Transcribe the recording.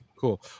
cool